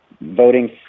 voting